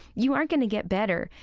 you aren't going to get better,